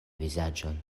vizaĝon